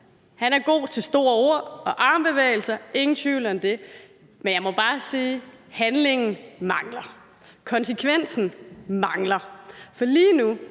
er god til store ord armbevægelser; ingen tvivl om det. Men jeg må bare sige, at handlingen mangler og konsekvensen mangler. For lige nu,